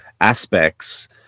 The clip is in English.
aspects